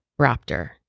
raptor